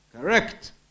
Correct